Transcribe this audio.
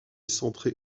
centrée